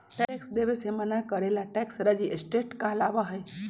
tax देवे से मना करे ला टैक्स रेजिस्टेंस कहलाबा हई